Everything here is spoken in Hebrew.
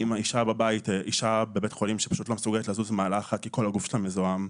אישה בבית חולים שלא מסוגלת לזוז כי כל הגוף שלה מזוהם.